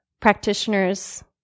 practitioners